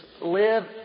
live